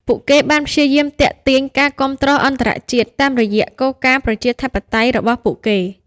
ពួកគេបានព្យាយាមទាក់ទាញការគាំទ្រអន្តរជាតិតាមរយៈគោលការណ៍ប្រជាធិបតេយ្យរបស់ពួកគេ។